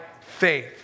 faith